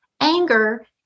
Anger